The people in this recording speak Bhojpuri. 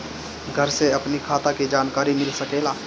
घर से अपनी खाता के जानकारी मिल सकेला?